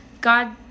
God